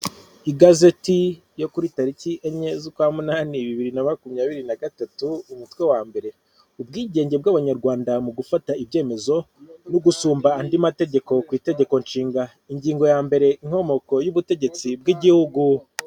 Igazeti yo kuri tariki enye z'ukwa munani bibiri na makumyabiri na gatatu, umutwe wa mbere. ubwigenge bw' abanyarwanda mu gufata ibyemezo, no gusumba andi mategeko ku itegeko nshinga. Ingingo ya mbere, inkomoko y'ubutegetsi bw'igihugu.